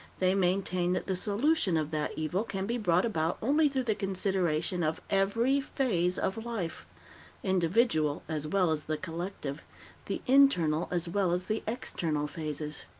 they maintain that the solution of that evil can be brought about only through the consideration of every phase of life individual, as well as the collective the internal, as well as the external phases.